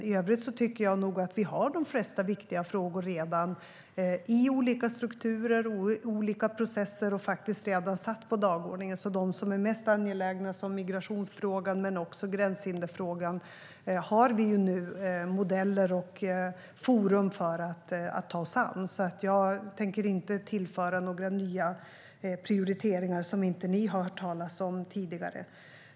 I övrigt tycker jag nog att vi redan har de flesta viktiga frågor i olika strukturer och processer och på dagordningen. De som är mest angelägna, såsom migrationsfrågan men också gränshinderfrågan, har vi nu modeller och forum för att ta oss an. Jag tänker alltså inte tillföra några nya prioriteringar som ni inte har hört talas om tidigare.